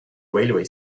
railway